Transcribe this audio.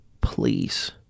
Please